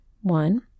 one